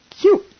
cute